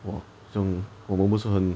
!wah! 这样我们不是很